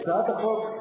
הצעת החוק,